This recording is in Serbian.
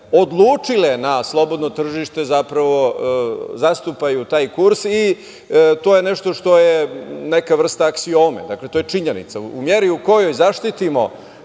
odlučile na slobodno tržište zapravo zastupaju taj kurs i to je nešto što je neka vrsta aksiome. Dakle, to je činjenica. U meri u kojoj zaštitimo